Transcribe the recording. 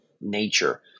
nature